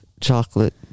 chocolate